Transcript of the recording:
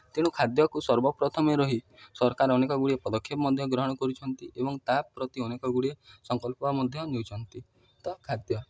ତେଣୁ ଖାଦ୍ୟକୁ ସର୍ବପ୍ରଥମେ ରହି ସରକାର ଅନେକ ଗୁଡ଼ିଏ ପଦକ୍ଷେପ ମଧ୍ୟ ଗ୍ରହଣ କରିଛନ୍ତି ଏବଂ ତା' ପ୍ରତି ଅନେକ ଗୁଡ଼ିଏ ସଂକଳ୍ପ ମଧ୍ୟ ନେଉଛନ୍ତି ତ ଖାଦ୍ୟ